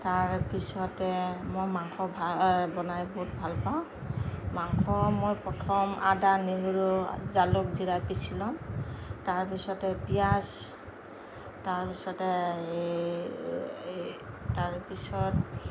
তাৰ পিছতে মই মাংস বনাই বহুত ভালপাওঁ মাংস মই প্ৰথম আদা নহৰু জালুক জিৰা পিচি লওঁ তাৰ পিছতে পিঁয়াজ তাৰ পিছতে এই এই তাৰ পিছত